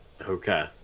Okay